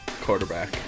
quarterback